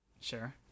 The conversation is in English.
Sure